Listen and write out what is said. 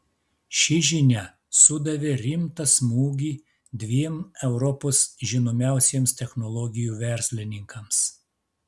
ši žinia sudavė rimtą smūgį dviem europos žinomiausiems technologijų verslininkams